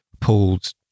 pulled